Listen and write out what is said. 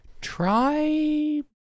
Try